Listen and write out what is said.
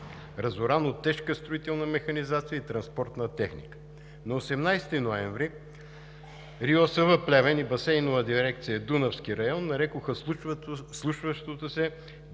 разоран от тежка строителна механизация и транспортна техника. На 18 ноември РИОСВ – Плевен, и Басейнова дирекция „Дунавски район“ нарекоха случващото се „дейности